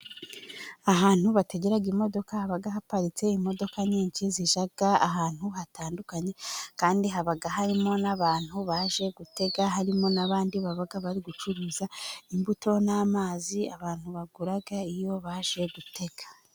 Ahantu bategerara imodoka haba haparitse imodoka nyinshi, zijya ahantu hatandukanye, kandi haba harimo n'abantu baje gutega, harimo n'abandi baba bari gucuruza imbuto n'amazi, abantu bagura iyo baje gutega.